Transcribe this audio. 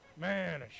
Man